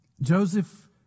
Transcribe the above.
Joseph